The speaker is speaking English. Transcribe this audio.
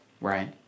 right